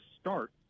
start